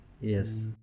Yes